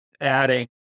adding